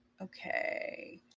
Okay